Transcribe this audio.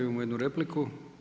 Imamo jednu repliku.